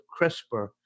CRISPR